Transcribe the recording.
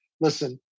listen